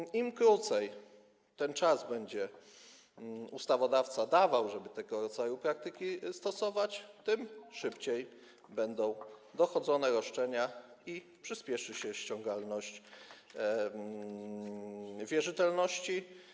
I im krótszy ten czas ustawodawca będzie dawał, żeby tego rodzaju praktyki stosować, tym szybciej będą dochodzone roszczenia i przyspieszy się ściągalność wierzytelności.